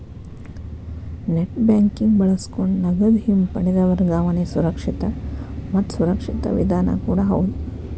net banking ಬಳಸಕೊಂಡ ನಗದ ಹಿಂಪಡೆದ ವರ್ಗಾವಣೆ ಸುರಕ್ಷಿತ ಮತ್ತ ಸುರಕ್ಷಿತ ವಿಧಾನ ಕೂಡ ಹೌದ್